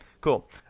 cool